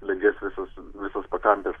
klegės visas visos pakampės